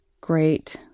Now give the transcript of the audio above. Great